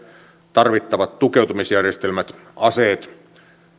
tarvittavat tukeutumisjärjestelmät aseet